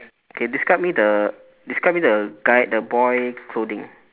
K describe me the describe me the guy the boy clothing